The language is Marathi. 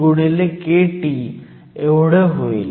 एवढं होईल